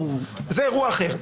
זה אירוע אחר.